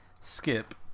Skip